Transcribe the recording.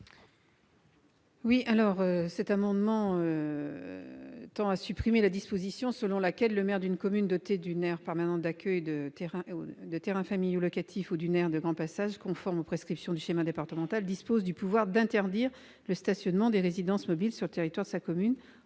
? Cet amendement tend à supprimer la disposition selon laquelle le maire d'une commune dotée d'une aire permanente d'accueil, de terrains familiaux locatifs ou d'une aire de grand passage conformes aux prescriptions du schéma départemental dispose du pouvoir d'interdire le stationnement des résidences mobiles sur le territoire de sa commune,